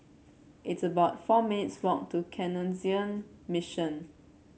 it's about four minutes' walk to Canossian Mission